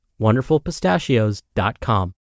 wonderfulpistachios.com